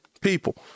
people